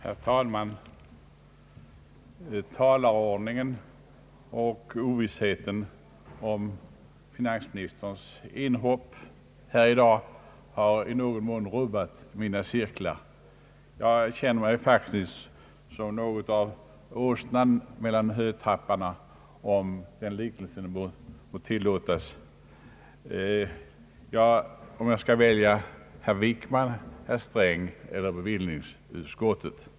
Herr talman! ”Talarordningen och ovissheten om när finansministern skall göra sitt inhopp här i dag har i någon mån rubbat mina cirklar. Jag känner mig faktiskt som något av åsnan mellan hötapparna om jag för mitt anförande skall välja statsrådet Wickman, finansminister Sträng eller bevillningsutskottet.